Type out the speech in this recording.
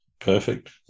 Perfect